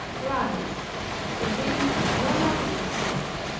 rise and be no longer sick.